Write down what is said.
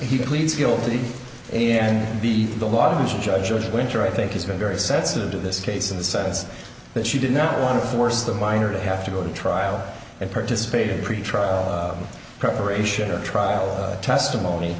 he pleads guilty and the the lawyers and judge winter i think has been very sensitive to this case in the sense that she did not want to force the minor to have to go to trial and participate in pretrial preparation or trial testimony